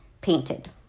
painted